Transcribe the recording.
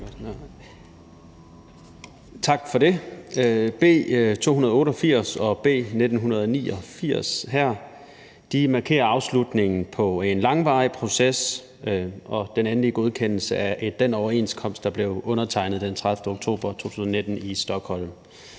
Tak for det. B 288 og B 289 markerer afslutningen på en langvarig proces og er den endelige godkendelse af den overenskomst, der blev undertegnet den 30. oktober 2019 i Stockholm.